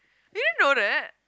you didn't know that